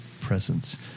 presence